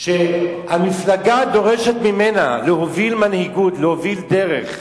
שהמפלגה דורשת ממנה להוביל מנהיגות, להוביל דרך,